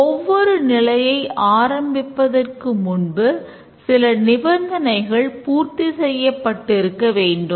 ஒவ்வொரு நிலையை ஆரம்பிப்பதற்கு முன்பு சில நிபந்தனைகள் பூர்த்தி செய்யப்பட்டிருக்க வேண்டும்